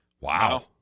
Wow